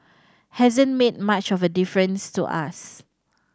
hasn't made much of a difference to us